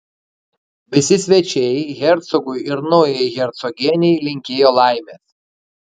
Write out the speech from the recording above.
visi svečiai hercogui ir naujajai hercogienei linkėjo laimės